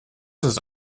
ist